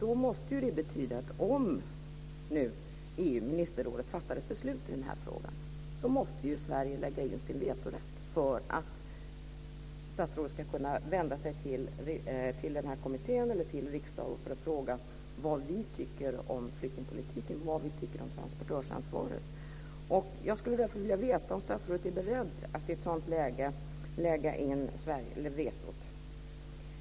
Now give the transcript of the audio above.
Om nu EU:s ministerråd fattar ett beslut i denna fråga måste det betyda att Sverige ska använda sin vetorätt, så att statsrådet ska kunna vända sig till denna kommitté eller till riksdagen för att fråga vad vi tycker om flyktingpolitiken och transportörsansvaret. Jag skulle därför vilja veta om statsrådet är beredd att i ett sådant läge använda vetot.